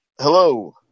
hello